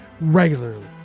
regularly